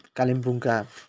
कालिम्पोङका